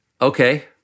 okay